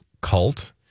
Cult